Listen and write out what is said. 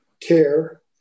care